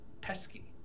pesky